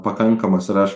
pakankamas ir aš